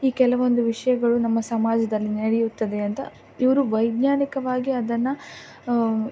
ಈ ಕೆಲವೊಂದು ವಿಷಯಗಳು ನಮ್ಮ ಸಮಾಜದಲ್ಲಿ ನಡೆಯುತ್ತದೆ ಅಂತ ಇವರು ವೈಜ್ಞಾನಿಕವಾಗಿ ಅದನ್ನು